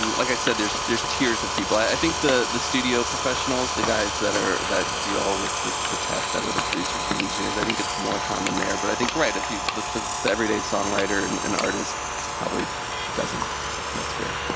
like i said, there's there's tiers of people. i think the the studio professionals, the guys that are that deal with the the tech, that are the producers and engineers i think it's more common there, but i think, right, if you the the everyday songwriter and and artist probably doesn't. i think that's fair.